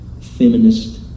feminist